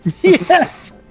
Yes